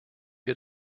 wir